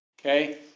Okay